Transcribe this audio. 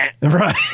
Right